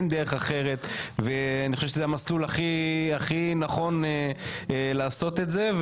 אין דרך אחרת ואני חושב שזה המסלול הכי הכי נכון לעשות את זה,